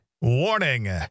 Warning